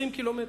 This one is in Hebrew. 20 קילומטר,